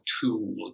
tool